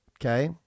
Okay